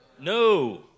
No